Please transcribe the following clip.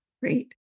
Great